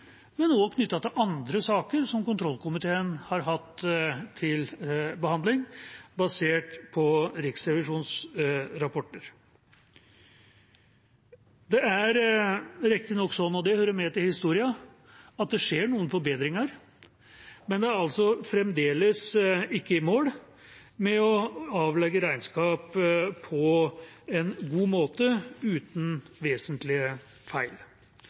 og til andre saker som kontrollkomiteen har hatt til behandling basert på Riksrevisjonens rapporter. Det er riktig nok sånn, og det hører med til historien, at det skjer noen forbedringer, men man er altså fremdeles ikke i mål med å avlegge regnskap på en god måte, uten vesentlige feil.